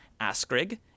Askrig